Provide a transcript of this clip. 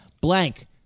blank